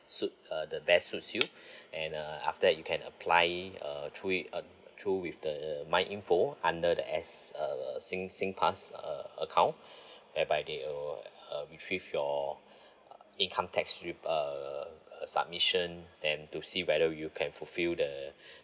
suit uh the best suits you and uh after that you can apply uh through it uh through with the uh my information under the S uh sing~ Singpass uh account whereby they'll uh retrieve your income tax rate uh submission then to see whether you can fulfil the